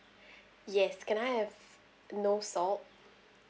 yes can I have no salt